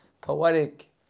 poetic